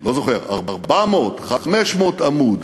לא זוכר, 400, 500 עמוד.